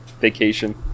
vacation